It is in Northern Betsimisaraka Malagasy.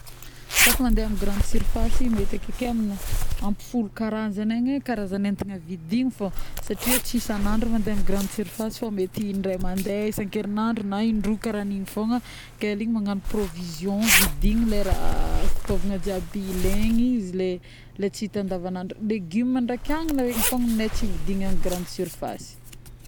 Ka fa mande amin'ny grande surface mety akeke amin'ny folo karazagna agne agny karazagna entagna vidigny fôgna, satria tsy isan'andro mandeha amina grande surface fô mety indray mandeha isan-kerignandro na in-droa karaha igny fôgnake amin'igny magnano provision vidigny le raha fitôvagna jiaby ilaigny ,izy le tsy hita anadavagnandro légume ndraiky agnana regny fôgna ny agnay tsy vidigna amin'ny grande surface